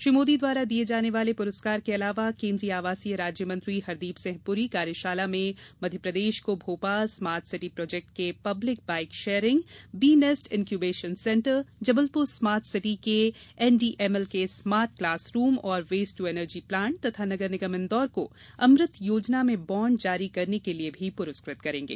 श्री मोदी द्वारा दिये जाने वाले पुरस्कार के अलावा केन्द्रीय आवासीय राज्य मंत्री हरदीप सिंह प्ररी कार्यशाला में मध्यप्रदेश को भोपाल स्मार्ट सिटी प्रोजेक्ट के public bike sharing B nest incubation centre Jabalpur smart city के एनडीएमसी के स्मार्ट क्लॉस रूम और वेस्ट टू एनर्जी प्लॉट तथा नगर निगम इंदौर को अमृत योजना में बॉण्ड जारी करने के लिये भी पुरस्कृत करेंगे